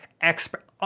expert